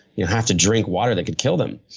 yeah have to drink water that could kill them.